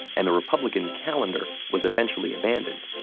and the republican calendar was eventually abandoned.